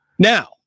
now